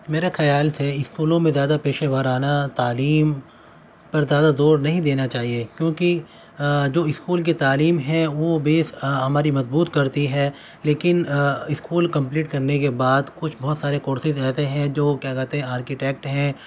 میرا خیال سے اسکولوں میں زیادہ پیشے وارانہ تعلیم پر زیادہ زور نہیں دینا چاہیے کیونکہ جو اسکول کی تعلیم ہیں وہ بیس ہماری مضبوط کرتی ہے لیکن اسکول کمپلیٹ کرنے کے بعد کچھ بہت سارے کورسیز رہتے ہیں جو کیا کہتے ہیں آرکیٹیکٹ ہیں